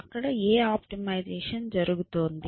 అక్కడ ఏ ఆప్టిమైజేషన్ జరుగుతోంది